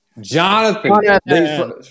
Jonathan